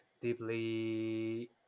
deeply